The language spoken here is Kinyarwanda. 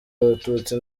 abatutsi